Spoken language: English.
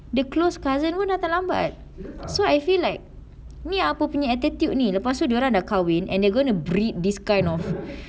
the close cousin pun datang lambat so I feel like ni apa punya attitude ni lepas tu dia orang dah kahwin and they're going to breed this kind of